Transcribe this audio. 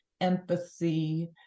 empathy